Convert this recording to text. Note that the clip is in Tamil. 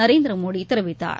நரேந்திரமோடிதெரிவித்தார்